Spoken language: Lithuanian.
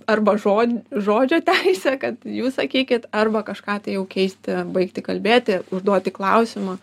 arba žo žodžio teisę kad jūs sakykit arba kažką tai jau keisti baigti kalbėti užduoti klausimą